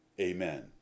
Amen